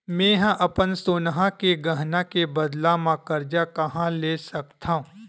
मेंहा अपन सोनहा के गहना के बदला मा कर्जा कहाँ ले सकथव?